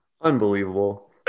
Unbelievable